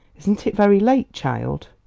isn't it very late, child?